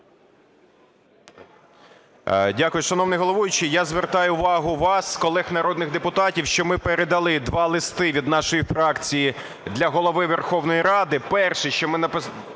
Дякую. Шановний головуючий, я звертаю увагу вас, колег народних депутатів, що ми передали два листи від нашої фракції для Голови Верховної Ради. Перше. Що ми наполягаємо